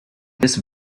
this